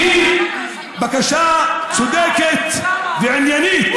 אתה בקריאה שנייה.